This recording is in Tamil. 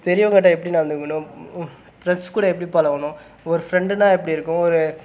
பெரியவங்ககிட்ட எப்படி நடந்துக்கணும் ப்ரெண்ட்ஸ்கூட எப்படி பழகுணும் ஒரு ஃப்ரெண்டுன்னால் எப்படி இருக்கும் ஒரு